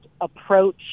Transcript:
approach